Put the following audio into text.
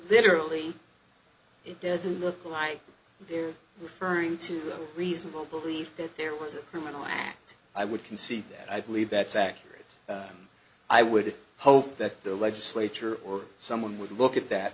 literally it doesn't look like they're referring to a reasonable belief that there was a criminal act i would concede that i believe that's accurate i would hope that the legislature or someone would look at that